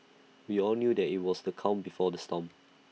we all knew that IT was the calm before the storm